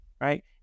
right